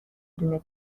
دونه